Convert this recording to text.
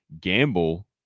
gamble